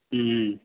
হুম